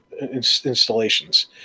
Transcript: installations